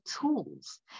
tools